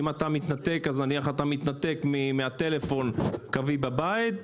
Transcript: אז אם אתה מתנתק אז אתה מתנתק מהטלפון הקווי בבית,